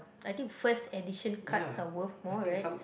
I think first edition cards are worth more right